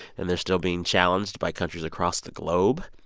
and they're still being challenged by countries across the globe.